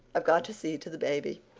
i've got to see to the baby.